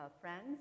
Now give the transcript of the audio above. friends